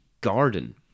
Garden